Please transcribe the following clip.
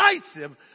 decisive